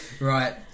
right